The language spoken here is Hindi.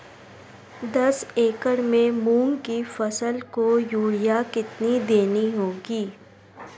दस एकड़ में मूंग की फसल को यूरिया कितनी देनी होगी?